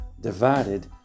divided